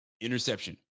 interception